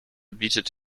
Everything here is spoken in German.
bietet